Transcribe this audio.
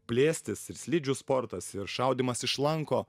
plėstis ir slidžių sportas ir šaudymas iš lanko